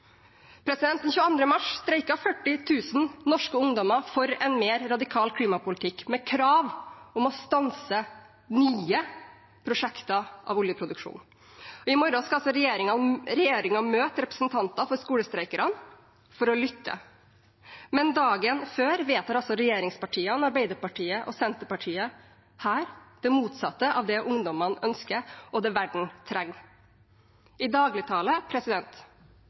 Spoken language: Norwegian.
mars streiket 40 000 norske ungdommer for en mer radikal klimapolitikk, med krav om å stanse nye prosjekter av oljeproduksjon. I morgen skal regjeringen møte representanter for skolestreikerne for å lytte. Men dagen før vedtar altså regjeringspartiene, Arbeiderpartiet og Senterpartiet det motsatte av det ungdommene ønsker, og det verden trenger. I dagligtale